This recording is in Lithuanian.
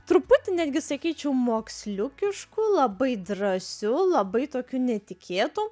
truputį netgi sakyčiau moksliukišku labai drąsiu labai tokiu netikėtu